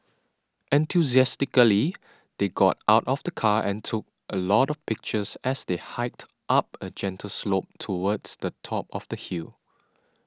enthusiastically they got out of the car and took a lot of pictures as they hiked up a gentle slope towards the top of the hill